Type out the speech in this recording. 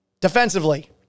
Defensively